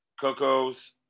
Coco's